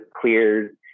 clears